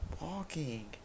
walking